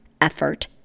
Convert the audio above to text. effort